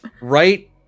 right